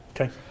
Okay